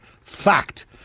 Fact